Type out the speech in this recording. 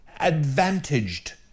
advantaged